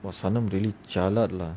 !wah! சனம்:sanam really jialat lah